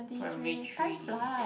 primary three